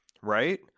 right